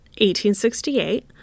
1868